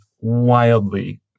wildly